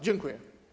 Dziękuję.